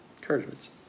encouragements